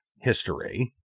history